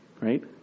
right